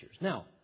Now